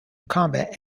combat